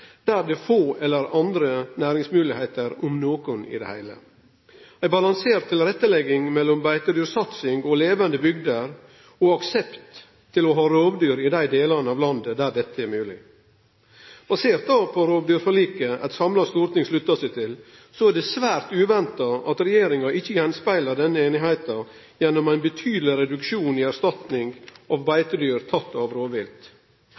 der det er få andre næringsmoglegheiter, om nokon i det heile, og ei balansert tilrettelegging mellom beitedyrsatsing og levande bygder og aksept for å ha rovdyr i dei delane av landet der dette er mogleg. Basert på rovdyrforliket som eit samla storting slutta seg til, er det svært uventa at regjeringa ikkje speglar denne moglegheita gjennom ein betydeleg reduksjon i erstatninga av